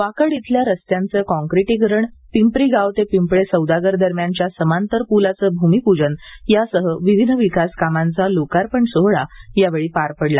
वाकड इथल्या रस्त्यांचे कॉक्रिटीकरण पिंपरी गाव ते पिंपळे सौदागर दरम्यानच्या समांतर पूलाचे भूमिपूजन यासह विविध विकास कामांचा लोकार्पण सोहळा यावेळी पार पडला